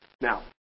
Now